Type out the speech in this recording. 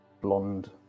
blonde